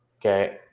Okay